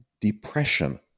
depression